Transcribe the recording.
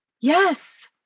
Yes